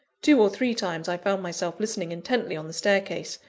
two or three times i found myself listening intently on the staircase,